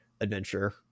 adventure